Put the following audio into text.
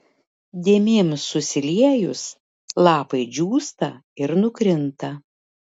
dėmėms susiliejus lapai džiūsta ir nukrinta